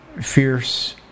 fierce